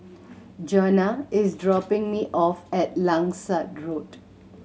Jonah is dropping me off at Langsat Road